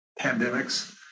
pandemics